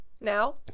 Now